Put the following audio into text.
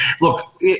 look